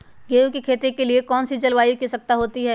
गेंहू की खेती के लिए कौन सी जलवायु की आवश्यकता होती है?